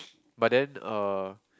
but then uh